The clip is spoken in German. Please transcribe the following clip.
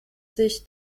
sich